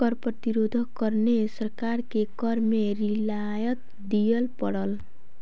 कर प्रतिरोधक कारणें सरकार के कर में रियायत दिअ पड़ल